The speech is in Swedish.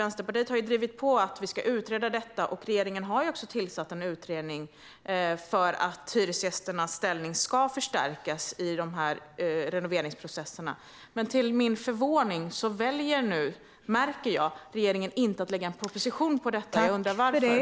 Vänsterpartiet har drivit på för att detta ska utredas, och regeringen har tillsatt en utredning för att hyresgästers ställning i renoveringsprocesser ska stärkas. Men till min förvåning väljer regeringen att inte lägga fram någon proposition om detta. Varför?